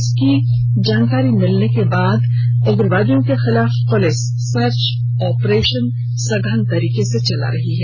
इसकी जानकारी मिलने के बाद उग्रवादियों के खिलाफ पुलिस सर्च ऑपरेशन चला रही है